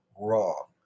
wrong